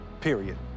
Period